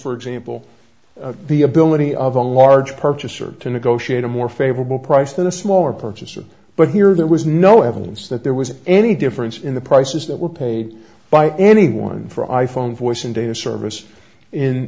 for example the ability of a large purchaser to negotiate a more favorable price than a smaller purchaser but here there was no evidence that there was any difference in the prices that were paid by anyone for i phone voice and data service